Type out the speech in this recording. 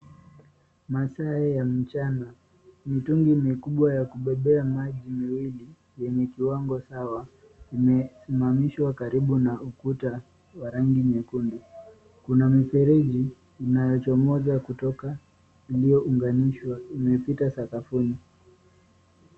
Masaa ya mchana. Mitungi mikubwa ya kubebea maji miwili yenye kiwango sawa imesimamishwa karibu na ukuta wa rangi nyekundu. Kuna mifereji inayochomoza kutoka iliyounganishwa imepita sakafuni.